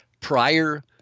prior